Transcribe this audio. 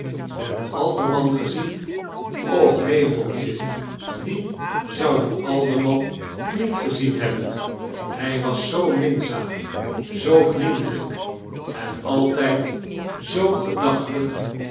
den alderman gezien och hemeltje wie zou den alderman niet gezien hebben hij was zoo minzaam zoo vriendelijk en altijd zoo gedachtig